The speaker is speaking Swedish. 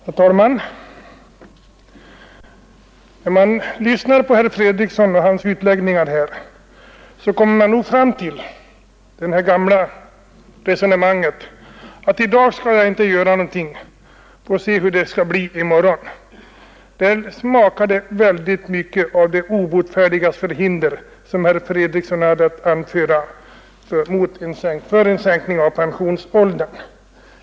Herr talman! När man lyssnar till herr Fredrikssons utläggningar här, kommer man att tänka på det gamla resonemanget att ”i dag skall jag inte göra någonting, få se hur det kan bli i morgon”. Det som herr Fredriksson hade att anföra i fråga om en sänkning av pensionsåldern liknade väldigt mycket de obotfärdigas förhinder.